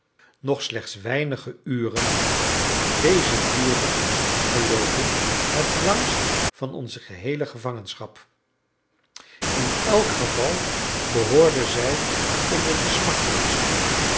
nog slechts weinige uren deze duurden geloof ik het langst van onze geheele gevangenschap in elk geval behoorden zij onder de